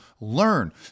learn